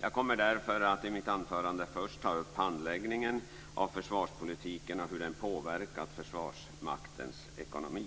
Jag kommer därför i mitt anförande att först ta upp handläggningen av försvarspolitiken och hur den påverkat Försvarsmaktens ekonomi.